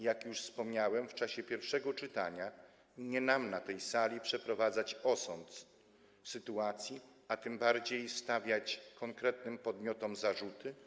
Jak już wspomniałem w czasie pierwszego czytania, nie nam na tej sali przeprowadzać osąd sytuacji, a tym bardziej stawiać konkretnym podmiotom zarzuty.